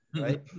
right